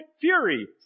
fury